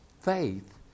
faith